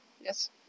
yes